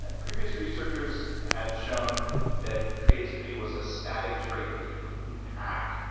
and previous researchers had shown that creativity was a static trait that you couldn't hack.